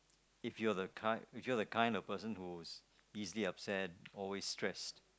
if you're the kind if you're the kind of person who is easily upset or always stressed